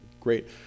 great